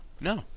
no